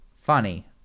funny